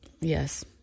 Yes